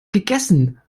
gegessen